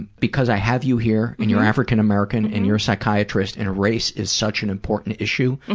because i have you here and you're african-american and you're a psychiatrist and race is such an important issue,